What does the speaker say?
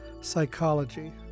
psychology